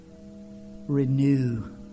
renew